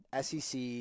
SEC